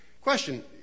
Question